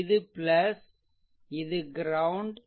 இது இது க்ரௌண்ட்